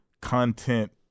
content